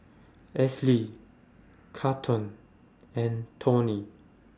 Esley Charlton and Tony